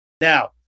Now